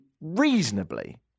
reasonably